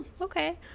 okay